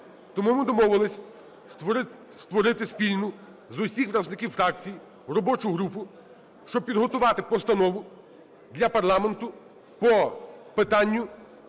Тому ми домовилися створити спільну з усіх представників фракцій робочу групу, щоб підготувати постанову для парламенту по питанню